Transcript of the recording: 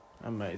Amazing